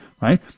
right